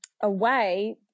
away